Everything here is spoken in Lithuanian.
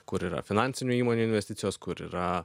kur yra finansinių įmonių investicijos kur yra